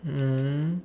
mm